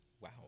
wow